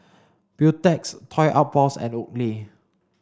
Beautex Toy Outpost and Oakley